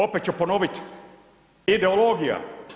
Opet ću ponovit, ideologija.